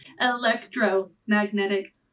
electromagnetic